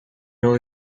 know